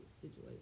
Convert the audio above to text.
situation